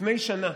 לפני שנה,